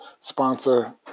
sponsor